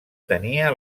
tenia